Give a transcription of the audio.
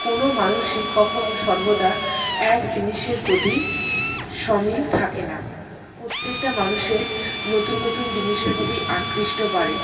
কোনো মানুষই কখনও সর্বদা এক জিনিসের প্রতি সমিল থাকে না প্রত্যেকটা মানুষের নতুন নতুন জিনিসের প্রতি আকৃষ্ট বাড়ে